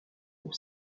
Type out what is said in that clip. pour